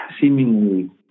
seemingly